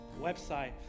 website